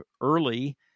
early